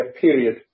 period